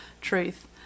truth